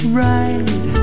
right